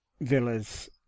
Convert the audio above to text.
Villa's